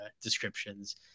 descriptions